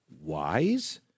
wise